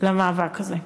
למאבק הזה.